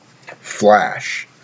flash